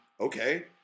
okay